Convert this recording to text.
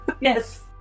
yes